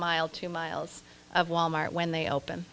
mile two miles of wal mart when they open